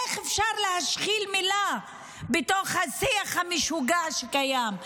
איך אפשר להשחיל מילה בתוך השיח המשוגע שקיים?